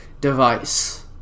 device